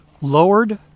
lowered